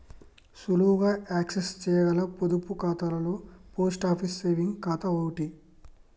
సులువుగా యాక్సెస్ చేయగల పొదుపు ఖాతాలలో పోస్ట్ ఆఫీస్ సేవింగ్స్ ఖాతా ఓటి